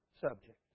subject